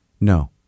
No